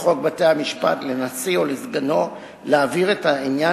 לחוק בתי-המשפט לנשיא או לסגנו להעביר את העניין